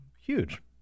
huge